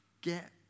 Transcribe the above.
Get